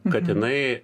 kad jinai